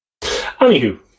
Anywho